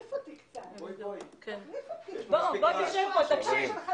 שב פה, תקשיב.